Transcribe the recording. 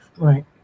right